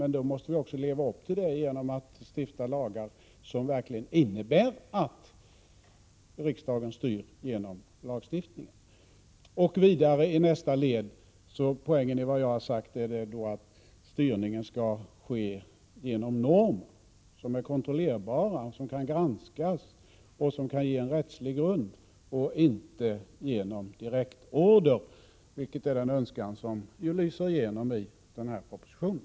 Men då måste vi också leva upp till det genom att stifta lagar, som verkligen innebär att riksdagen styr genom lagstiftningen och vidare i nästa led. Poängen med det som jag har sagt är att styrningen skall ske genom normer som är kontrollerbara, som kan granskas och som kan ge en rättslig grund. Styrningen skall således inte ske genom direktorder, vilket ju är en önskan som lyser igenom i propositionen.